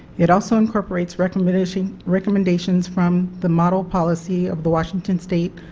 it also incorporates recommendations recommendations from the model policy of the washington state